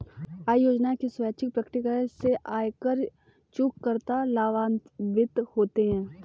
आय योजना के स्वैच्छिक प्रकटीकरण से आयकर चूककर्ता लाभान्वित होते हैं